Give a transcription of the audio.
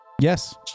Yes